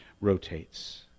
rotates